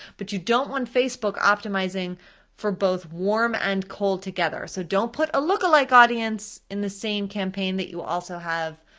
but you don't want facebook optimizing for both warm and cold together. together. so don't put a lookalike audience in the same campaign that you also have